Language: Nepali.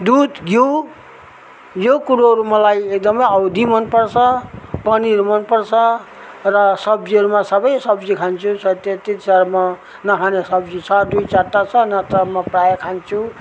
दुध घिउ यो कुरोहरू मलाई एकदमै औधी मन पर्छ पनिर मन पर्छ र सब्जीहरूमा सबै सब्जी खान्छु स त्यति छ म नखाने सब्जी छ दुई चारवटा सब्जी छ नत्र म प्रायः खान्छु